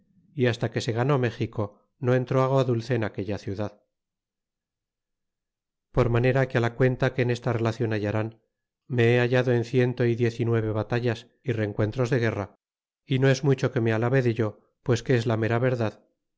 y hasta que se ganó méxico no entró agua dulce en aquella ciudad por manera que la cuenta que en esta celaclon hallarán me he hallado en ciento y diez y nueve batallas y rencuentros de guerra y no es mucho que me alabe dello pues que es la mera verdad